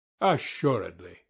assuredly